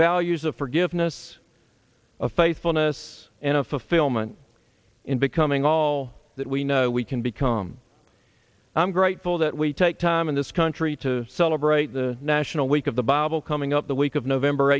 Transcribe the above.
values of forgiveness of faithfulness and of fulfillment in becoming all that we know we can become i'm grateful that we take time in this country to celebrate the national week of the bible coming up the week of november